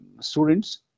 students